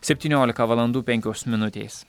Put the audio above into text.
septyniolika valandų penkios minutės